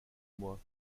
moi